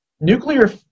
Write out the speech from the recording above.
nuclear